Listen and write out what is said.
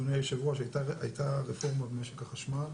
אדוני היושב-ראש, הייתה רפורמה במשק החשמל